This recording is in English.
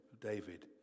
David